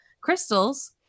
crystals